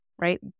right